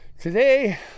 Today